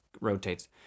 rotates